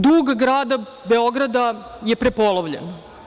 Dug Grada Beograda je prepolovljen.